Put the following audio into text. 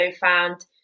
found